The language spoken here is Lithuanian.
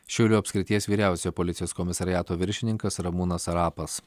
šiaulių apskrities vyriausiojo policijos komisariato viršininkas ramūnas sarapas